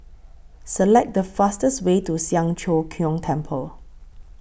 Select The fastest Way to Siang Cho Keong Temple